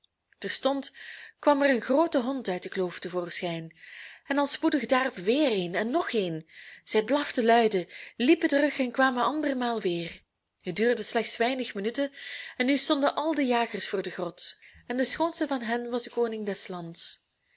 terstond kwam er een groote hond uit de kloof te voorschijn en al spoedig daarop weer een en nog een zij blaften luide liepen terug en kwamen andermaal weer het duurde slechts weinige minuten en nu stonden al de jagers voor de grot en de schoonste van hen was de koning des lands